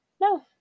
no